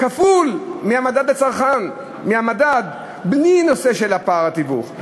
כפול מהמדד לצרכן, מהמדד, בלי פער התיווך.